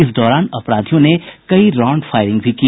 इस दौरान अपराधियों ने कई राउंड फायरिंग भी की